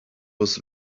was